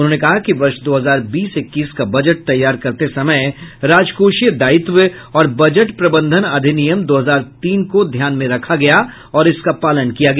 उन्होंने कहा कि वर्ष दो हजार बीस इक्कीस का बजट तैयार करते समय राजकोषीय दायित्व और बजट प्रबंधन अधिनियम दो हजार तीन को ध्यान में रखा गया और इसका पालन किया गया